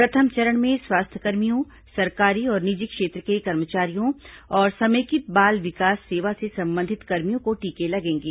प्रथम चरण में स्वास्थ्यकर्मियों सरकारी और निजी क्षेत्र के कर्मचारियों और समेकित बाल विकास सेवा से संबंधित कर्मियों को टीके लगेंगे